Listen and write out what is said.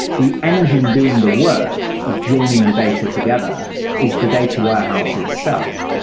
the engine doing the work of joining the data together is the data warehouse itself.